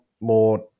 more